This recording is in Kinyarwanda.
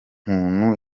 umuntu